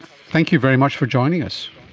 thank you very much for joining us.